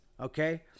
Okay